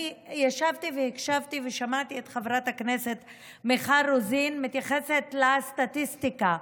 אני ישבתי והקשבתי ושמעתי את חברת הכנסת מיכל רוזין מתייחסת לסטטיסטיקה.